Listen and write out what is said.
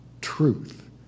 truth